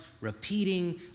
repeating